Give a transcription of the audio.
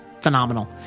phenomenal